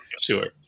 Sure